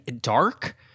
dark